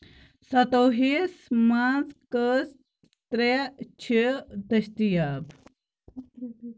سَتوہِس منٛز کٔژ ترٛےٚ چھِ دٔستِیاب